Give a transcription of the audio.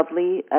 lovely